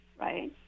right